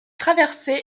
traversée